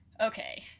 okay